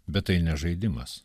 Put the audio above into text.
bet tai ne žaidimas